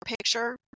picture